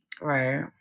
Right